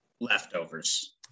Leftovers